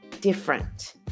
different